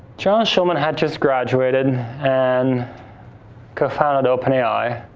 john schulman had just graduated and co-founded open ai.